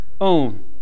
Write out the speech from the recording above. own